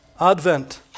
advent